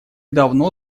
давно